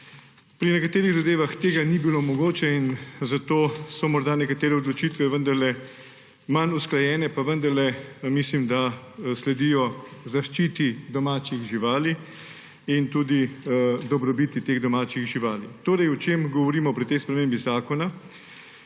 Pri nekaterih zadevah tega ni bilo mogoče najti in zato so morda nekatere odločitve vendarle manj usklajene, pa vendarle mislim, da sledijo zaščiti domačih živali in tudi dobrobiti teh domačih živali. O čem govorimo pri tej spremembi zakona?